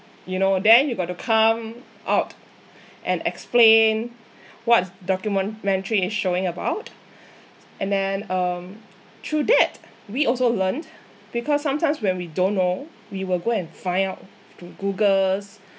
you know then you got to come out and explain what's documentary is showing about and then um through that we also learnt because sometimes when we don't know we will go and find out through Googles